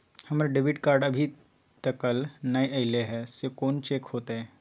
हमर debit card अभी तकल नय अयले हैं, से कोन चेक होतै?